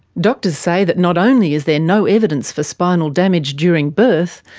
doctors say that not only is there no evidence for spinal damage during birth,